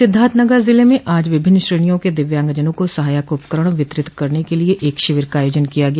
सिद्धार्थनगर जिले में आज विभिन्न श्रेणियों के दिव्यांगजनों को सहायक उपकरण वितरण वितरित करने के लिए एक शिविर का आयोजन किया गया